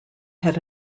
head